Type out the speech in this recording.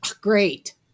Great